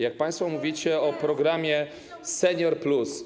Jak państwo mówicie o programie ˝Senior+˝